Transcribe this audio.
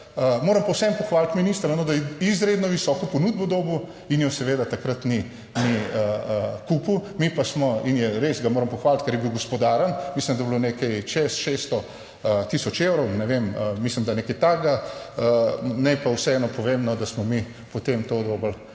moram pa vseeno pohvaliti ministra, da je izredno visoko ponudbo dobil in je seveda takrat ni kupil, mi pa smo in je res, ga moram pohvaliti, ker je bil gospodaren. Mislim, da je bilo nekaj čez 600000 evrov. Ne vem, mislim, da je nekaj takega. Naj pa vseeno povem, da smo mi potem to dobili